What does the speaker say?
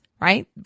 right